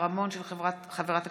(תיקון מס' 11) (אמצעי התשלום להעברת תגמולי